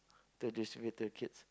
to distribute to the kids